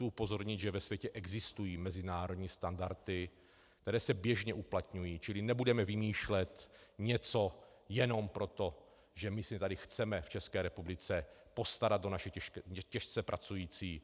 Chci upozornit, že ve světě existují mezinárodní standardy, které se běžně uplatňují, čili nebudeme vymýšlet něco jenom proto, že my se tady chceme v České republice postarat o naše těžce pracující.